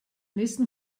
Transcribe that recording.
nächsten